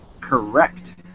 Correct